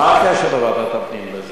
מה הקשר של ועדת הפנים לזה?